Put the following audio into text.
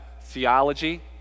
theology